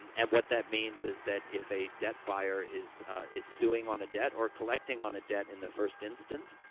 and and what that means is that if a debt buyer is, ah is suing on a debt or collecting on a debt in the first instance,